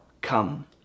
come